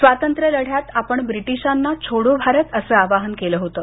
स्वातंत्र्यलढ्यात आपण ब्रिटीशांना छोडो भारत असं आवाहन केलं होतं